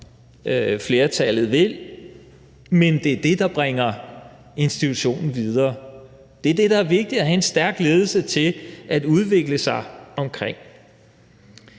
flertallet vil, men det er det, der bringer institutionen videre. Det er det, der er vigtigt at have en stærk ledelse til at udvikle sig omkring.